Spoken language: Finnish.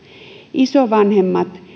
isovanhemmat